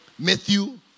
Matthew